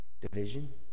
division